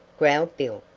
growled bill,